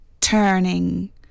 turning